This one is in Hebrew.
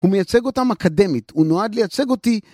הוא מייצג אותם אקדמית, הוא נועד לייצג אותי.